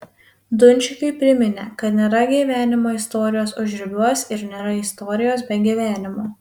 dunčikui priminė kad nėra gyvenimo istorijos užribiuos ir nėra istorijos be gyvenimo